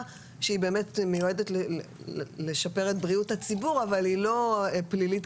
שבאמת מיועדת לשפר את בריאות הציבור אבל היא לא פלילית